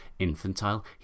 infantile